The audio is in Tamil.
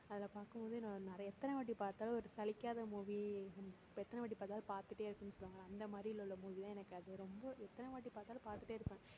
அதை பார்க்கும்போதே நான் நிறையா எத்தனை வாட்டி பார்த்தாலும் ஒரு சலிக்காத மூவி அப்போ எத்தனை வாட்டி பார்த்தாலும் பார்த்துட்டே இருக்கணும்னு சொல்லுவாங்கல்ல அந்த மாதிரி உள்ள மூவிலாம் எனக்கு அது ரொம்ப எத்தனை வாட்டி பார்த்தாலும் பார்த்துட்டே இருப்பேன்